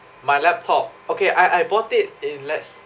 my laptop okay I I bought it in less